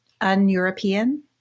un-European